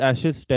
Ashes